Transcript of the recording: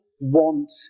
want